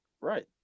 Right